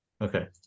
Okay